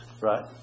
Right